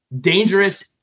dangerous